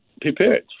prepared